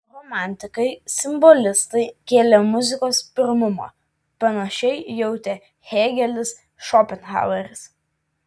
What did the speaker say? romantikai simbolistai kėlė muzikos pirmumą panašiai jautė hėgelis šopenhaueris